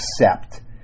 accept